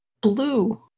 Blue